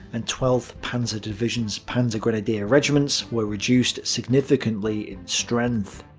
and twelfth panzer division's panzergrenadier regiments were reduced significantly in strength.